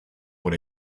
por